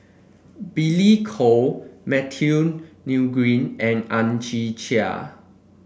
Billy Koh Matthew Ngui and Ang Chwee Chai